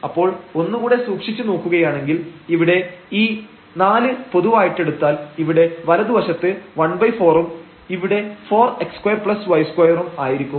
അപ്പോൾ ഒന്നുകൂടെ സൂക്ഷിച്ചു നോക്കുകയാണെങ്കിൽ ഇവിടെ ഈ 4 പൊതുവായിട്ടെടുത്താൽ ഇവിടെ വലതുവശത്ത് 14 ഉം ഇവിടെ 4 x2y2 ഉം ആയിരിക്കും